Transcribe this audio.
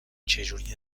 چجوری